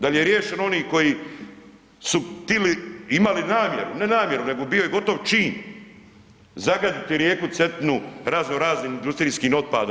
Da li je riješeno oni koji su tili imali namjeru, ne namjeru nego bio je gotov zagaditi rijeku Cetinu razno raznim industrijskim otpadom?